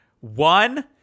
one